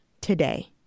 today